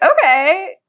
okay